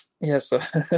yes